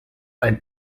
ein